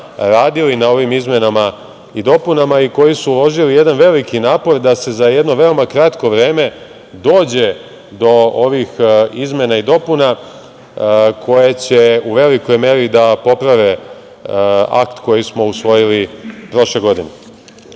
radili na ovim izmenama i dopunama i koji su uložili jedan veliki napor da se za jedno veoma kratko vreme dođe do ovih izmena i dopuna koje će u velikoj meri da poprave akt koji smo usvojili prošle godine. Suština